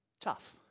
Tough